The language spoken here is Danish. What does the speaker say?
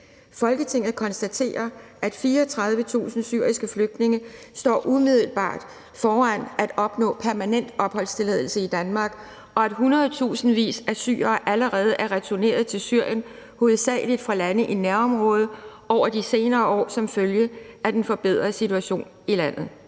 »Folketinget konstaterer, at 34.000 syriske flygtninge står umiddelbart foran at opnå permanent opholdstilladelse i Danmark, og at i hundredtusindvis af syrere allerede er returneret til Syrien hovedsagelig fra lande i nærområdet over de senere år som følge af den forbedrede situation i landet.